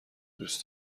دوست